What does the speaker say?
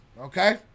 okay